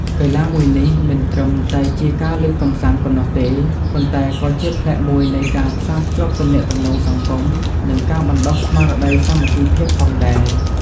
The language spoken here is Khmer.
កីឡាមួយនេះមិនត្រឹមតែជាការលេងកម្សាន្តប៉ុណ្ណោះទេ ប៉ុន្តែក៏ជាផ្នែកមួយនៃការផ្សារភ្ជាប់ទំនាក់ទំនងសង្គម និងការបណ្ដុះស្មារតីសាមគ្គីភាពផងដែរ។